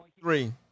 Three